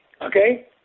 Okay